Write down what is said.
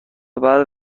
بعد